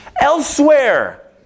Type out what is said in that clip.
elsewhere